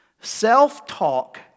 Self-talk